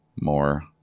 more –